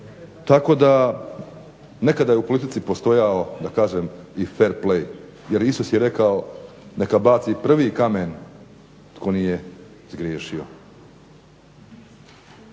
Tako da nekada je u politici postojao da kažem i fer play, jer Isus je rekao neka baci prvi kamen tko nije zgriješio.